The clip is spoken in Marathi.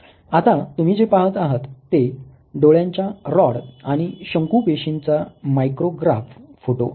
आता तुम्ही जे पाहत आहात ते डोळ्याच्या रॉड आणि शंकू पेशींचा मायक्रोग्राफ फोटो आहे